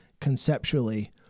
conceptually